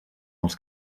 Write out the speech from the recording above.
els